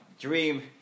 dream